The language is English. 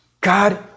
God